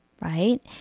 right